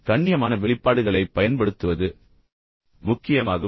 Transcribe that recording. கண்ணியமான வெளிப்பாடுகளைப் பயன்படுத்துவது முக்கியமாகும்